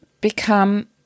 become